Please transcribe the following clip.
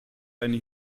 eine